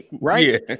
Right